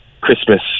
Christmas